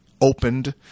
opened